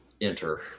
enter